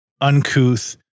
uncouth